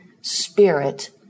Spirit